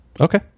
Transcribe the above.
Okay